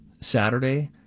Saturday